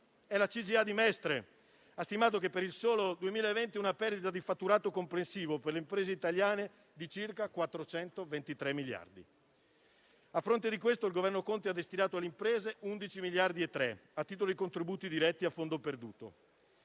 La CGIA di Mestre ha stimato, per il solo 2020, una perdita di fatturato complessivo, per le imprese italiane, di circa 423 miliardi di euro. A fronte di questo, il Governo Conte ha destinato alle imprese 11,3 miliardi di euro, a titolo di contributi diretti a fondo perduto,